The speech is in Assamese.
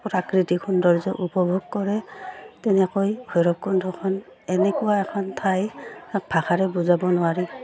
প্ৰাকৃতিক সৌন্দৰ্য উপভোগ কৰে তেনেকৈ ভৈৰৱকুণ্ডখন এনেকুৱা এখন ঠাই ভাষাৰে বুজাব নোৱাৰি